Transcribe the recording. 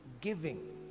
giving